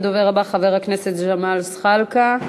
הדובר הבא, חבר הכנסת ג'מאל זחאלקה,